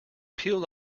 peeled